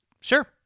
sure